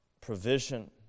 provision